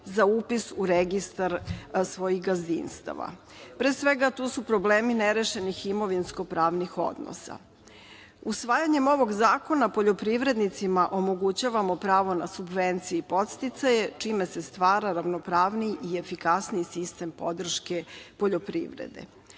za upis u registar svojih gazdinstava. Pre svega, tu su problemi nerešenih imovinsko-pravnih odnosa. Usvajanjem ovog zakona poljoprivrednicima omogućavamo pravo na subvencije i podsticaje, čime se stvara ravnopravniji i efikasniji sistem podrške poljoprivrede. Kao